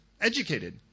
educated